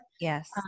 Yes